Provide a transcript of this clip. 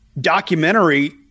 documentary